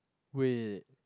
wait